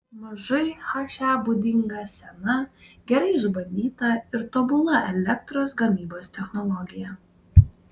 mažai he būdinga sena gerai išbandyta ir tobula elektros gamybos technologija